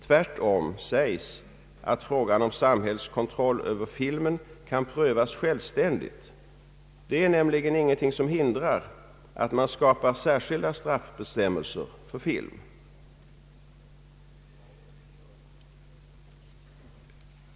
Tvärtom sägs det att frågan om samhällskontroll över filmen kan prövas självständigt. Det är nämligen ingenting som hindrar att man skapar särskilda straffbestämmelser för film.